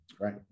right